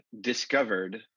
discovered